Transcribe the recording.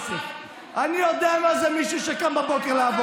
מה אתה יודע?